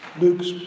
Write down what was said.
Luke's